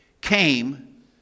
came